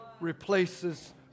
replaces